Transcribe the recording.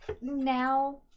now